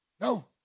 No